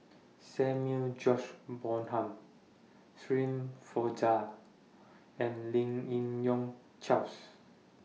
Samuel George Bonham Shirin Fozdar and Lim Yi Yong Charles